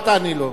אל תעני לו.